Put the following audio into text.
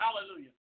Hallelujah